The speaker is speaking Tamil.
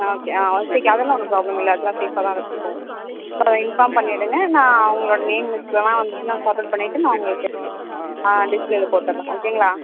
ஆ ஓகே அதெல்லாம் ஒன்றும் ப்ராப்ளம் இல்லை அதல்லாம் சேஃப்பாக தான் அழைச்சிகிட்டு போவோம் இன்ஃபார்ம் பண்ணிவிடுங்க நான் உங்களோட நேம் லிஸ்ட்லலாம் வந்து ஃபார்வெட் பண்ணிவிட்டு நான் உங்களுக்கு ஆ டிஸ்பிளேவில் போட்டுறேன் சரிங்களா